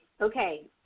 Okay